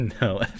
no